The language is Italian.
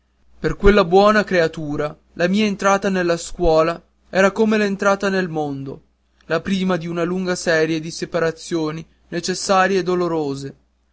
per quella buona creatura la mia entrata nella scuola era come l'entrata nel mondo la prima di una lunga serie di separazioni necessarie e dolorose